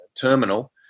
terminal